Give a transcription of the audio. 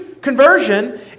conversion